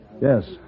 Yes